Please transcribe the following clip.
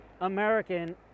American